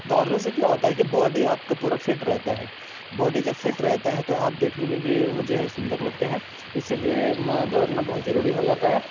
دوڑنے سے کیا ہوتا ہے کہ باڈی آپ کا پورا فٹ رہتا ہے باڈی جب فٹ رہتا ہے تو آپ دیکھنے میں بھی وہ جو ہے سندر لگتے ہیں اسی لیے دوڑنا بہت ضروری ہو جاتا ہے